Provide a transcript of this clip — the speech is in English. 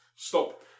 Stop